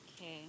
Okay